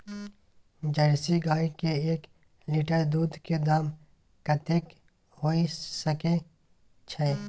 Jersey गाय के एक लीटर दूध के दाम कतेक होय सके छै?